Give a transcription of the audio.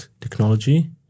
technology